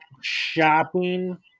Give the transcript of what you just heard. shopping